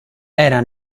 era